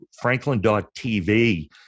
franklin.tv